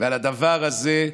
ועל הדבר הזה,